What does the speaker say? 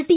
T